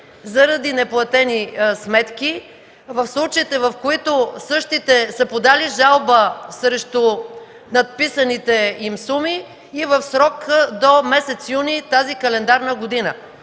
заради неплатени сметки в случаите, в които същите са подали жалба срещу надписаните им суми, в срок до месец юни тази календарна година.